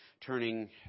turning